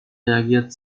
reagiert